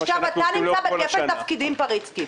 עכשיו, אתה נמצא בכפל תפקידים, פריצקי.